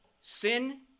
sin